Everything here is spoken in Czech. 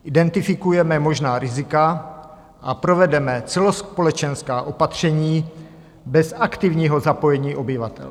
Identifikujeme možná rizika a provedeme celospolečenská opatření bez aktivního zapojení obyvatel.